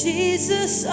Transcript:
Jesus